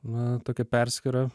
na tokią perskyrą